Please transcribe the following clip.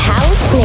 House